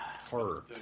horror